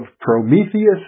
Prometheus